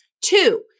Two